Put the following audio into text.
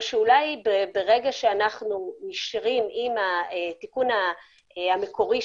או שאולי ברגע שאנחנו נשארים עם התיקון המקורי,